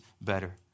better